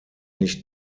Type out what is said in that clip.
nicht